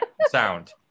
sound